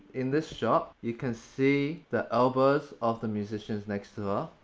in this shot. you can see the elbows of the musicians next to her,